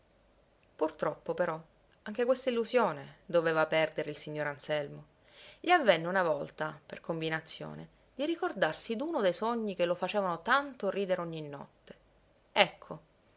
purtroppo però anche questa illusione doveva perdere il signor anselmo gli avvenne una volta per combinazione di ricordarsi d'uno dei sogni che lo facevano tanto ridere ogni notte ecco